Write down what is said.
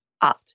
up